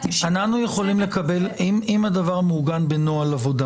ישיבות צוות --- אם הדבר מעוגן בנוהל עבודה